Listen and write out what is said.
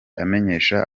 amenyesha